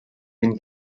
than